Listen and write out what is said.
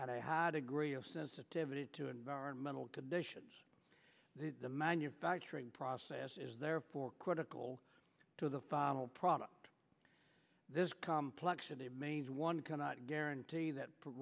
and i had agree of sensitivity to environmental conditions the manufacturing process is therefore critical to the final product this complex in the main one cannot guarantee that